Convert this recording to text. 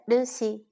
Lucy